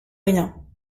rien